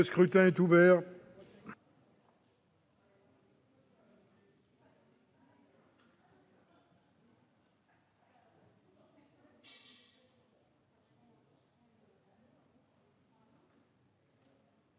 Le scrutin est ouvert.